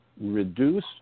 reduce